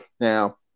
Now